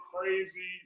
crazy